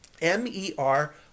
M-E-R